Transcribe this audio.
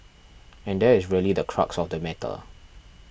and that is really the crux of the matter